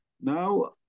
Now